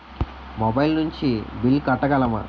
Mobile నుంచి bill కట్టగలమ?